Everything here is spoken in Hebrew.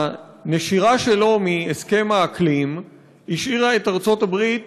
הנשירה שלו מהסכם האקלים השאירה את ארצות הברית